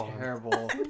terrible